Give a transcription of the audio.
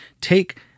take